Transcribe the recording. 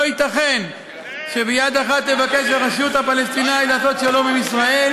לא ייתכן שביד אחת תבקש הרשות הפלסטינית לעשות שלום עם ישראל,